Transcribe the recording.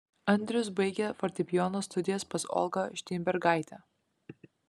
andrius baigė fortepijono studijas pas olgą šteinbergaitę